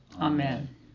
Amen